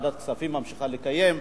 וועדת הכספים ממשיכה להתקיים,